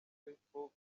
facebook